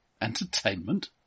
Entertainment